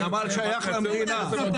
הנמל שייך למדינה.